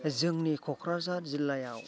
जोंनि क'क्राझार जिल्लायाव